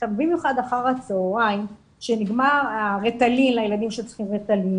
במיוחד אחר הצהריים שנגמר הריטלין לילדים שצריכים ריטלין,